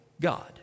God